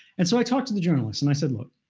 and so i talked to the journalist and i said look,